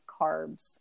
carbs